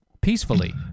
peacefully